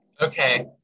okay